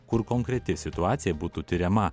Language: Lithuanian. kur konkreti situacija būtų tiriama